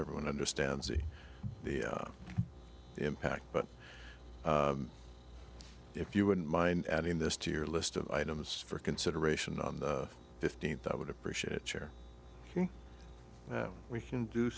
everyone understands the impact but if you wouldn't mind adding this to your list of items for consideration on the fifteenth i would appreciate it sure we can do